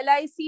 LIC